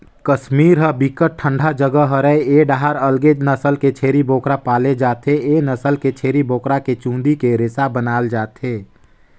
कस्मीर ह बिकट ठंडा जघा हरय ए डाहर अलगे नसल के छेरी बोकरा पाले जाथे, ए नसल के छेरी बोकरा के चूंदी के रेसा बनाल जाथे